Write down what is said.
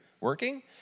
working